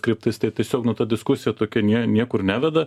kryptis tai tiesiog nu ta diskusija tokia nie niekur neveda